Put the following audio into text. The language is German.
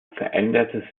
veränderte